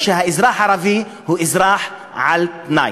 שהאזרח הערבי הוא אזרח על-תנאי.